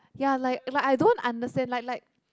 ya like like I don't understand like like